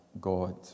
God